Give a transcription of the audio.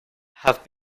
have